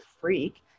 freak